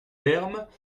termes